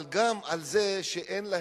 אבל גם על זה שאין להם,